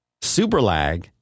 Superlag